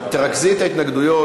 תרכזי את ההתנגדויות.